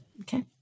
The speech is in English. Okay